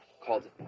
called